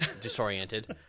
disoriented